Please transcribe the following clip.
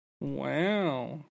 Wow